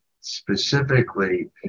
specifically